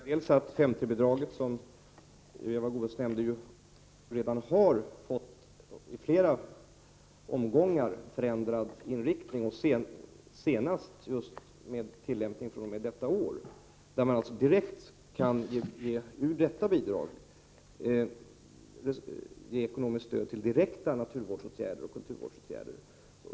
Fru talman! 5:3-bidraget har redan, som Eva Goés nämnde, i flera omgångar fått förändrad inriktning, senast med tillämpning från detta år. Ur detta bidrag kan man nu ge ekonomiskt stöd till direkta naturoch kulturvårdsåtgärder.